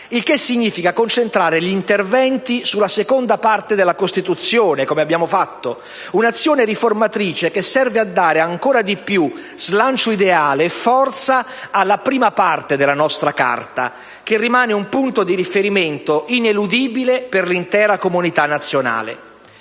il che significa concentrare gli interventi sulla seconda parte della Costituzione, come abbiamo fatto; un'azione riformatrice che serve a dare ancora di più slancio ideale e forza alla prima parte della nostra Carta, che rimane un punto di riferimento ineludibile per l'intera comunità nazionale.